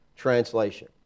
Translation